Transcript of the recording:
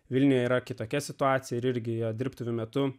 vilniuje yra kitokia situacija ir irgi jo dirbtuvių metu